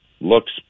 looks